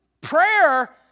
prayer